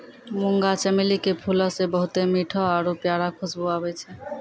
मुंगा चमेली के फूलो से बहुते मीठो आरु प्यारा खुशबु आबै छै